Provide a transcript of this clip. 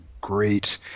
great